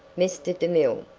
mr. demille,